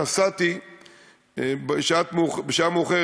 נסעתי בשעה מאוחרת,